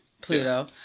Pluto